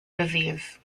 disease